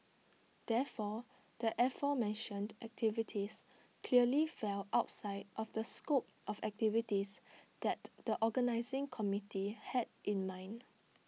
therefore the aforementioned activities clearly fell outside of the scope of activities that the organising committee had in mind